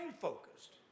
focused